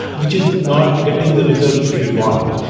which is not getting the results which we want.